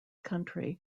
country